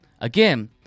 again